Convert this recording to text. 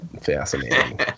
fascinating